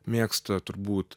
mėgsta turbūt